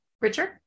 Richard